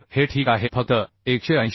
तर हे ठीक आहे फक्त 180